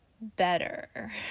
better